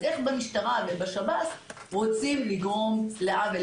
אז איך במשטרה ובשב"ס רוצים לגרום לעוול,